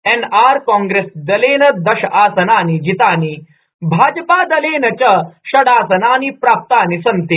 NR कांग्रेसदलेन दश आसनानि जितानि भाजपादलेन च षट् आसनानि प्राप्तानि सन्ति